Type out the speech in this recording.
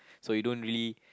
so you don't really